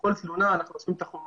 כל תלונה, אנחנו אוספים את החומרים,